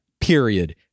period